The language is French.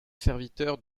serviteur